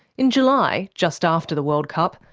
in july, just after the world cup,